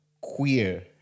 queer